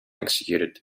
executed